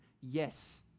Yes